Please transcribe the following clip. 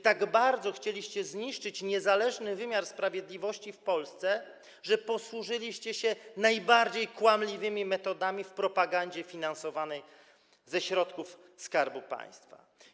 Tak bardzo chcieliście zniszczyć niezależny wymiar sprawiedliwości w Polsce, że posłużyliście się najbardziej kłamliwymi metodami, szerząc propagandę finansowaną ze środków Skarbu Państwa.